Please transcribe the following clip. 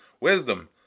wisdom